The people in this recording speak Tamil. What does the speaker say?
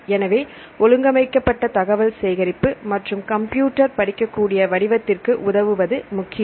எனவே ஒழுங்கமைக்கப்பட்ட தகவல் சேகரிப்பு மற்றும் கம்ப்யூட்டர் படிக்க கூடிய வடிவத்திற்கு உதவுவது முக்கியம்